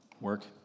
work